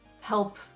help